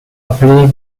appeler